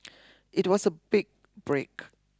it was a big break